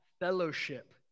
fellowship